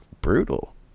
brutal